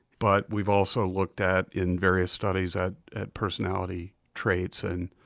but we've also looked at, in various studies, at at personality traits, and